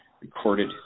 Recorded